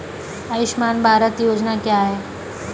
आयुष्मान भारत योजना क्या है?